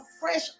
fresh